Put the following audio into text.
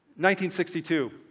1962